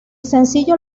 sencillo